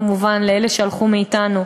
כמובן של אלה שהלכו מאתנו,